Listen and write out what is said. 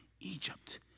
Egypt